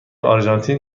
آرژانتین